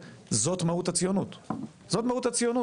יש שחיקה במעמד של העלייה,